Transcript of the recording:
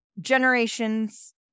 generations